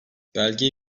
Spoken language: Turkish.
belge